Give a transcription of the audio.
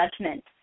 judgment